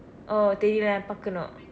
oh தெரியில்ல பார்க்கணும்:theryilla paarkkanum